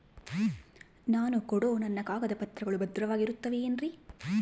ನಾನು ಕೊಡೋ ನನ್ನ ಕಾಗದ ಪತ್ರಗಳು ಭದ್ರವಾಗಿರುತ್ತವೆ ಏನ್ರಿ?